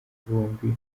bombi